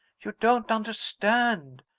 you don't understand.